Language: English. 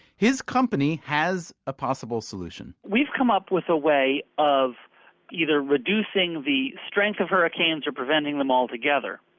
his company has a possible solution we've come up with a way of either reducing the strength of hurricanes or preventing them altogether.